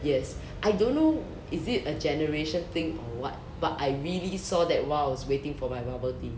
yes I don't know is it a generation thing or what but I really saw that while I was waiting for my bubble tea